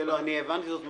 אני הבנתי שזאת מחלה.